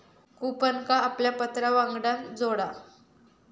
कूपनका आपल्या पत्रावांगडान जोडा